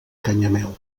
canyamel